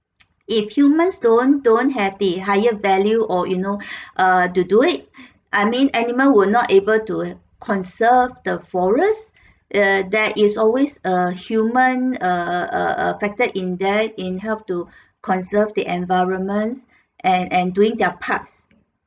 if humans don't don't have the higher value or you know err to do it I mean animal were not able to conserve the forests err there is always err human a~ a~ a~ a~ affected in there in help to conserve the environments and and doing their parts